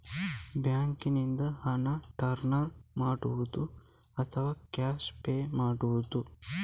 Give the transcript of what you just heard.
ಬ್ಯಾಂಕಿನಿಂದ ಹಣ ಟ್ರಾನ್ಸ್ಫರ್ ಮಾಡುವುದ ಅಥವಾ ಕ್ಯಾಶ್ ಪೇ ಮಾಡುವುದು?